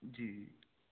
جی جی